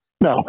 No